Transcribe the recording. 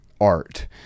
art